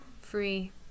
Free